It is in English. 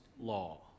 law